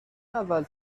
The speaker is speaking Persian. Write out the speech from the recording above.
اول